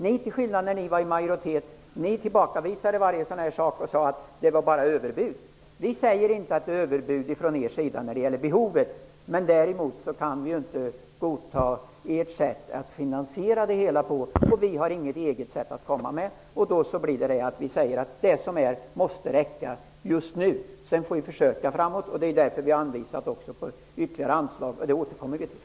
När ni var i majoritet tillbakavisade ni varje sådan här sak och sade att det bara var överbud. Vi säger inte att det är överbud från er sida i fråga om behovet. Däremot kan vi inte godta ert sätt att finansiera det hela, och vi har inget eget sätt att komma med. Därför menar vi att de pengar som finns måste räcka just nu. Sedan får vi försöka arbeta framåt, och det är därför som vi också har anvisat ytterligare anslag, vilket vi återkommer till.